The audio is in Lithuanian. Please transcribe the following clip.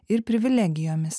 ir privilegijomis